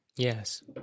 Yes